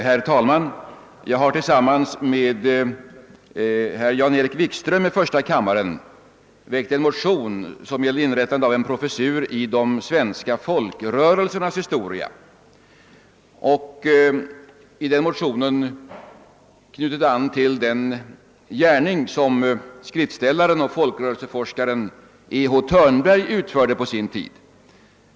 Herr talman! Jag har tillsammans med herr Jan-Erik Wikström i första kammaren väckt en motion som gäller inrättande av en professur i de svenska folkrörelsernas historia. I den motionen har vi knutit an till den gärning som skriftställaren och folkrörelseforskaren E. H. Thörnberg utförde på sin tid.